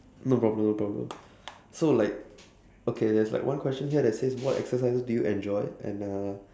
no problem no problem so like okay there's like one question here that says what exercises do you enjoy and uh